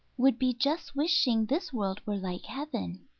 would be just wishing this world were like heaven.